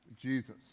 jesus